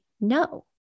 no